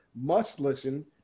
must-listen